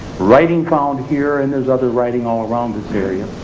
writing found here and there's other writing all around this area.